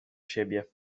siebie